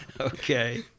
Okay